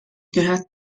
gehört